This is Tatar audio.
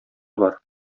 бар